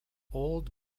old